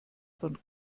von